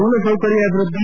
ಮೂಲಸೌಕರ್ಯ ಅಭಿವೃದ್ಧಿ